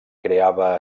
creava